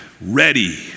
ready